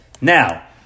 Now